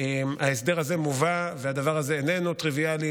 ההסדר הזה מובא, והדבר הזה איננו טריוויאלי.